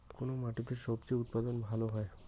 কোন মাটিতে স্বজি উৎপাদন ভালো হয়?